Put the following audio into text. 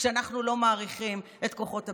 כשאנחנו לא מעריכים את כוחות הביטחון.